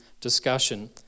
discussion